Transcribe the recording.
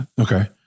Okay